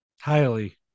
highly